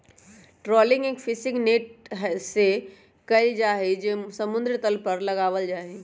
trawling एक fishing net से कइल जाहई जो समुद्र तल पर लगावल जाहई